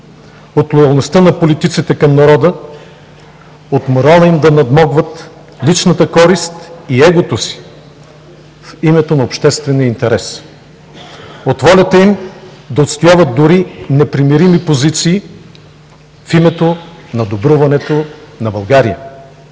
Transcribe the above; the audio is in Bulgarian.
от лоялността на политиците към народа, от морала им да надмогват личната корист и егото си в името на обществения интерес, от волята им да отстояват дори непримирими позиции в името на добруването на България.